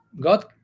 God